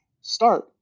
start